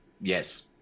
Yes